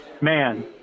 Man